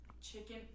chicken